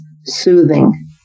soothing